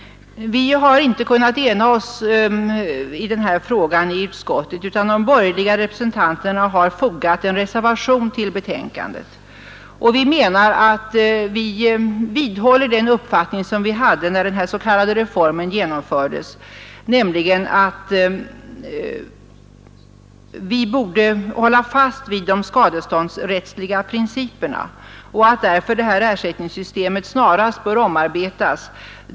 Vi har inte kunnat ena oss inom utskottet i denna fråga, utan de borgerliga representanterna har fogat en reservation till betänkandet. Vi vidhåller den uppfattning som vi hade när den här s.k. reformen genomfördes, nämligen att man borde hålla fast vid de skadeståndsrättsliga principerna. Därför anser vi att ersättningssystemet snarast bör omprövas.